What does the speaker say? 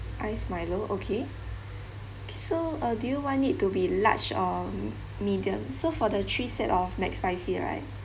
iced milo okay so uh do you want it to be large or medium so for the three set of mac spicy right